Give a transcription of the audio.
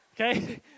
Okay